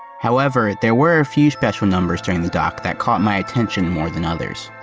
however, there were a few special numbers during the dork that caught my attention more than others.